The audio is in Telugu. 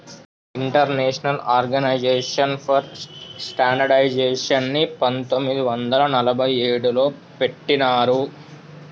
ఇంటర్నేషనల్ ఆర్గనైజేషన్ ఫర్ స్టాండర్డయిజేషన్ని పంతొమ్మిది వందల నలభై ఏడులో పెట్టినరు